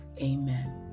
Amen